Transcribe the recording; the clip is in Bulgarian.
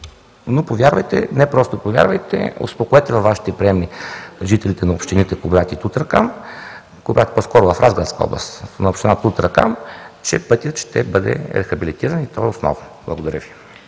но, повярвайте – не просто повярвайте, успокойте във Вашите приемни жителите на общините Кубрат и Тутракан, това е по-скоро в Разградска област, в община Тутракан, че пътят ще бъде рехабилитиран и то основно. Благодаря Ви.